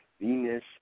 Venus